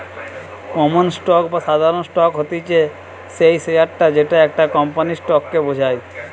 common stock বা সাধারণ stock হতিছে সেই শেয়ারটা যেটা একটা কোম্পানির স্টক কে বোঝায়